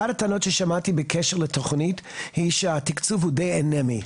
אחת הטענות ששמעתי בקשר לתוכנית היא שהתקצוב הוא דיי אנמי.